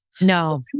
No